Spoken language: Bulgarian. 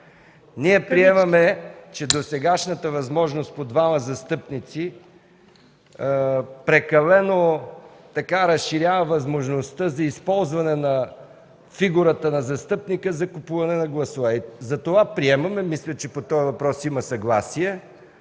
Ние приемаме, че досегашната възможност по двама застъпници прекалено разширява възможността за използване на фигурата на застъпника за купуване на гласове. Затова приемаме, мисля, че по този въпрос има съгласие,